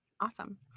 Awesome